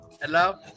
hello